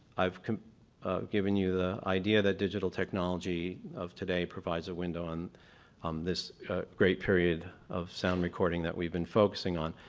i've given you the idea that digital technology of today provides a window on on this great period of sound recording that we've been focusing on.